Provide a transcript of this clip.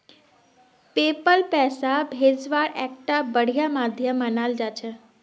PayPal पैसा भेजवार एकता बढ़िया माध्यम मानाल जा छेक